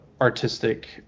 artistic